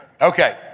Okay